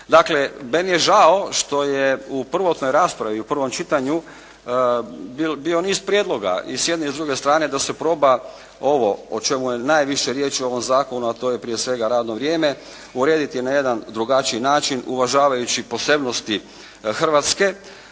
Dakle, meni je žao što je u prvotnoj raspravi u prvom čitanju bio niz prijedloga i s jedne i s druge strane da se proba ovo o čemu je najviše riječi u ovom zakonu, a to je prije svega radno vrijeme urediti na jedan drugačiji način uvažavajući posebnosti Hrvatske,